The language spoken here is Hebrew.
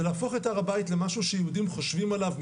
זה להפוך את הר הבית למשהו שיהודים חושבים עליו,